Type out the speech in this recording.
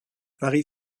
marie